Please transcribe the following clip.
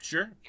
Sure